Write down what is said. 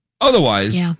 Otherwise